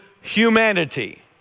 humanity